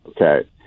okay